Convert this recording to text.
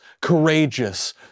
courageous